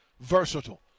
versatile